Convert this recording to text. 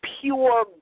Pure